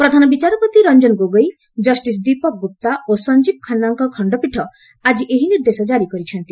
ପ୍ରଧାନ ବିଚାରପତି ରଞ୍ଜନ ଗୋଗେଇ ଜଷ୍ଟିସ୍ ଦୀପକ ଗୁପ୍ତା ଓ ସଞ୍ଜିବ ଖାନ୍ନାଙ୍କ ଖଣ୍ଡପୀଠ ଆକି ଏହି ନିର୍ଦ୍ଦେଶ ଜାରି କରିଛନ୍ତି